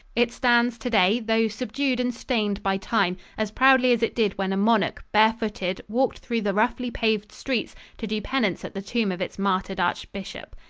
it stands today, though subdued and stained by time, as proudly as it did when a monarch, bare-footed, walked through the roughly paved streets to do penance at the tomb of its martyred archbishop.